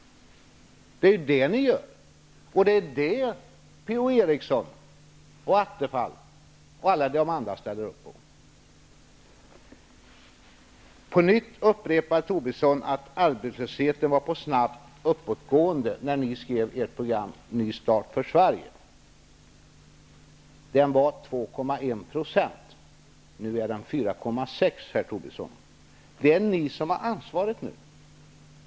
Det är vad ni gör. Det är detta som Per-Ola Eriksson, Stefan Attefall och alla de andra ställer upp på. På nytt upprepar Lars Tobisson att arbetslösheten var på snabbt uppåtgående när ni skrev ert program ''Ny start för Sverige''. Den var 2,1 %. Nu är den 4,6 %, herr Tobisson. Det är ni som har ansvaret nu.